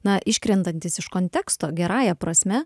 na iškrentantis iš konteksto gerąja prasme